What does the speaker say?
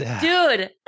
dude